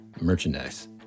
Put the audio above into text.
merchandise